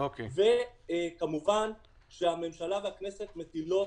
כמובן שהממשלה והכנסת מטילות